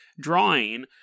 drawing